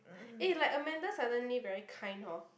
eh like Amanda suddenly very kind hor